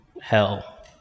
hell